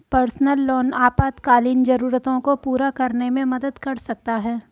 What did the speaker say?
personal loan आपातकालीन जरूरतों को पूरा करने में मदद कर सकता है